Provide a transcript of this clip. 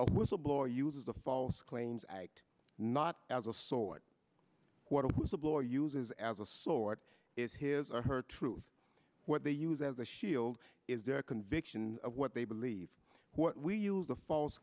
a whistleblower uses the false claims act not as a source what a whistleblower uses as a sort is his or her truth what they use as a shield is their conviction of what they believe what we use the false